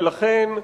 ולכן,